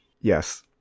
Yes